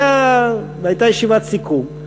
הייתה ישיבת סיכום,